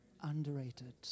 underrated